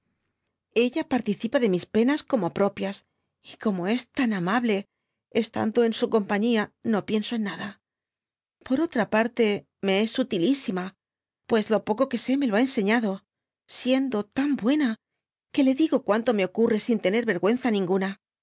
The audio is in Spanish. ella participa de mis penas como propias y como es tan amable estando en su compañía no pienso en nada por otra parte me es utilisima pues k poco que sé me lo ha enseñado siendo tan buena que le digo cuanto me ocurre sin tener vergüenza ninguna